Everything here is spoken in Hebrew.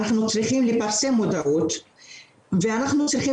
אנחנו צריכים לפרסם מודעות ואנחנו צריכים